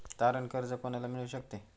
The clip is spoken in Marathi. तारण कर्ज कोणाला मिळू शकते?